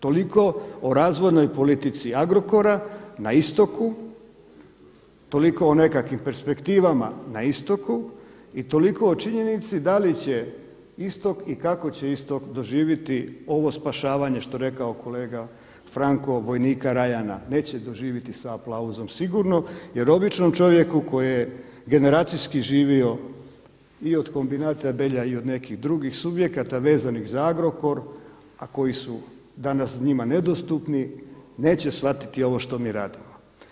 Toliko o razvojnoj politici Agrokora na istoku, toliko o nekakvim perspektivama na istoku i toliko o činjenici da li će istok i kako će istok doživjeti ovo spašavanje što je rekao kolega Franko vojnika Rajana, neće doživjeti sa aplauzom sigurno jer običnom čovjeku koji je generacijski živio i od Kombinata Belja i od nekih drugih subjekata vezanih za Agrokor, a koji su danas njima nedostupni, neće shvatiti ovo što mi radimo.